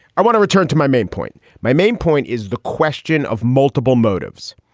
i want to return to my main point. my main point is the question of multiple motives.